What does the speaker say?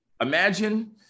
imagine